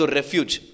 refuge